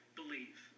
believe